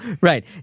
right